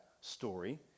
story